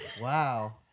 Wow